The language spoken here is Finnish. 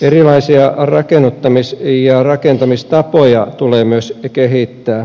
erilaisia rakennuttamis ja rakentamistapoja tulee myös kehittää